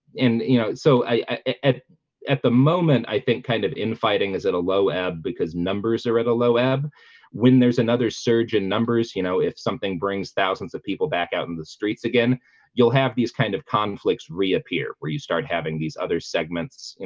you know so i i at the moment, i think kind of infighting is at a low ebb because numbers are at a low ebb when there's another surge in numbers, you know, if something brings thousands of people back out in the streets again you'll have these kind of conflicts reappear where you start having these other segments, you